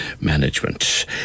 Management